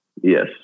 Yes